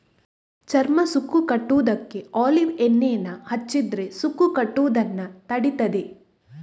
ಚರ್ಮ ಸುಕ್ಕು ಕಟ್ಟುದಕ್ಕೆ ಒಲೀವ್ ಎಣ್ಣೆಯನ್ನ ಹಚ್ಚಿದ್ರೆ ಸುಕ್ಕು ಕಟ್ಟುದನ್ನ ತಡೀತದೆ